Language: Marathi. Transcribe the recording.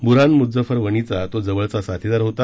बुन्हान मुज्जफर वणीचा तो जवळचा साथीदार होता